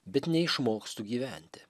bet neišmokstu gyventi